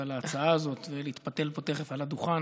על ההצעה הזאת ולהתפתל פה תכף על הדוכן.